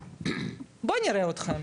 בואו נראה אתכם.